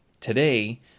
Today